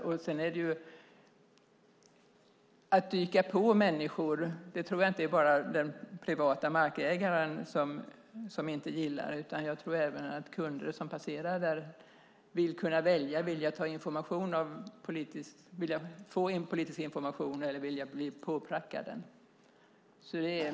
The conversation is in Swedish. Att man dyker på människor är det nog inte bara markägaren som inte gillar. Jag tror att kunder som passerar vill kunna välja om de vill få politisk information och inte bli påprackade den.